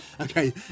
Okay